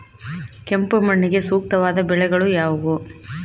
ಕೆಂಪು ಮಣ್ಣಿಗೆ ಸೂಕ್ತವಾದ ಬೆಳೆಗಳು ಯಾವುವು?